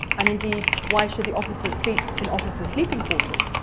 and indeed why should the officers sleep in officers' sleeping quarters?